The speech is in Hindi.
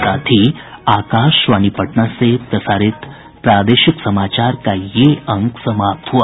इसके साथ ही आकाशवाणी पटना से प्रसारित प्रादेशिक समाचार का ये अंक समाप्त हुआ